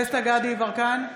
דסטה גדי יברקן,